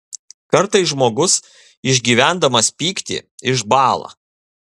kartais žmogus išgyvendamas pyktį išbąla